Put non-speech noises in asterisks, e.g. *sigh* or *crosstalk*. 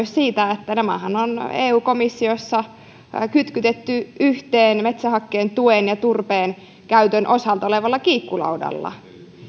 *unintelligible* siitä että nämähän on eu komissiossa kytkytetty yhteen metsähakkeen tuen ja turpeen käytön osalta olevalla kiikkulaudalla